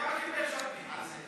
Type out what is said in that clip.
איזה עונש הוא קיבל.